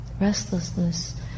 restlessness